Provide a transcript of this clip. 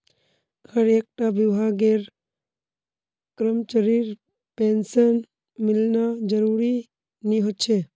हर एक टा विभागेर करमचरीर पेंशन मिलना ज़रूरी नि होछे